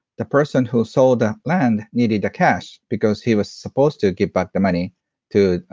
the person who sold that land needed the cash because he was supposed to give back the money to